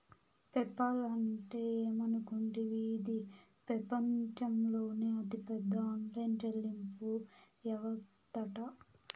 PayPal అంటే ఏమనుకుంటివి, ఇది పెపంచంలోనే అతిపెద్ద ఆన్లైన్ చెల్లింపు యవస్తట